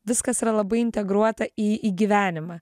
viskas yra labai integruota į įgyvenimą